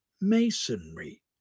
masonry